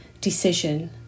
decision